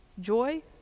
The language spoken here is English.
joy